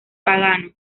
pagano